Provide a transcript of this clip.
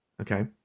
Okay